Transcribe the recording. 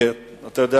כי אתה יודע